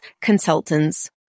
consultants